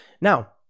Now